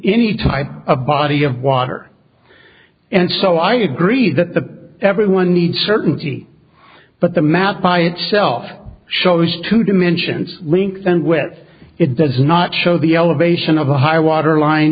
any type of body of water and so i agree that the everyone needs certainty but the map by itself shows two dimensions length and width it does not show the elevation of a high water line